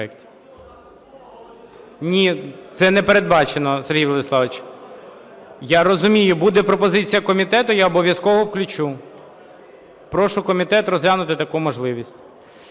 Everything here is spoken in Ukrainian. Ні, це не передбачено, Сергій Владиславович. Я розумію, буде пропозиція комітету – я обов'язково включу. Прошу комітет розглянути таку можливість.